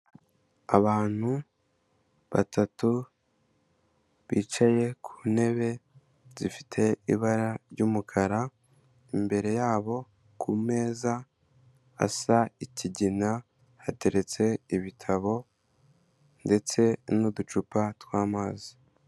Abantu batatu bicaye ku ntebe zifite ibara ry'umukara, imbere yabo ku meza asa ikigina hateretse ibitabo ndetse n'uducupa tw'amazi.